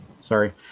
Sorry